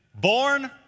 Born